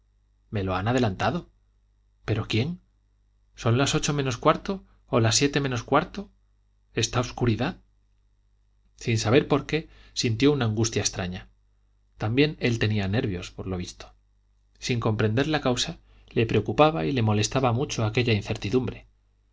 me lo han adelantado pero quién son las ocho menos cuarto o las siete menos cuarto esta obscuridad sin saber por qué sintió una angustia extraña también él tenía nervios por lo visto sin comprender la causa le preocupaba y le molestaba mucho aquella incertidumbre